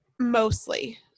mostly